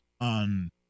on